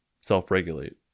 self-regulate